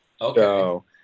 Okay